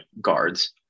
guards